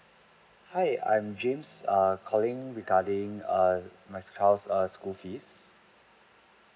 hi I'm james err calling regarding err my child's err school fees